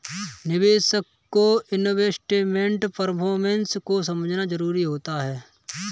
निवेशक को investment performance को समझना जरुरी होता है